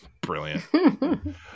Brilliant